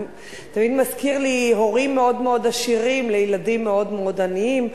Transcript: זה תמיד מזכיר לי הורים מאוד מאוד עשירים לילדים מאוד מאוד עניים.